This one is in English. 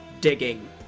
digging